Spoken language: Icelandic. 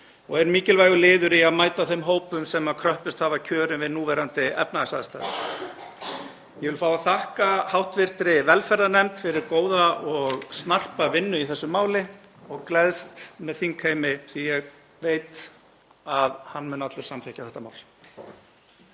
og er mikilvægur liður í að mæta þeim hópum sem kröppust hafa kjörin við núverandi efnahagsaðstæður. Ég vil fá að þakka hv. velferðarnefnd fyrir góða og snarpa vinnu í þessu máli og gleðst með þingheimi því að ég veit að hann mun allur samþykkja þetta mál.